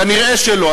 כנראה לא.